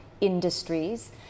Industries